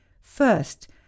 First